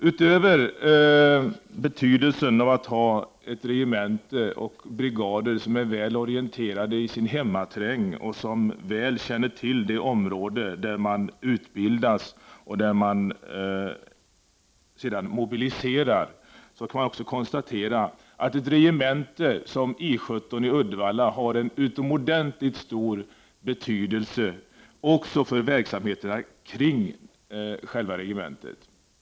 Utöver betydelsen av att hålla ett regemente och brigader som är välorienterade i sin hemmaterräng och som noga känner till det område där man utbildas och där man sedan mobiliseras kan man också konstatera att ett regemente som I 17 i Uddevalla har utomordentligt stor betydelse också för verksamheterna kring själva regementet.